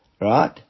right